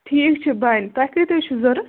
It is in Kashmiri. ٹھیٖک چھُ بَنہِ تۄہہِ کٍتیٛاہ چھِو ضروٗرت